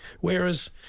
Whereas